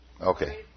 Okay